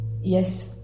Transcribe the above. Yes